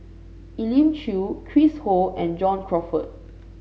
Elim Chew Chris Ho and John Crawfurd